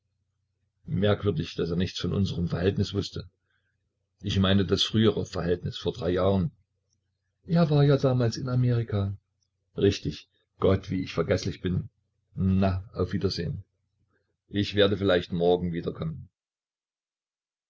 merkwürdig daß er nichts von unserem verhältnisse wußte ich meine das frühere verhältnis vor drei jahren er war ja damals in amerika richtig gott wie ich vergeßlich bin na auf wiedersehen ich werde vielleicht morgen wiederkommen